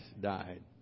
died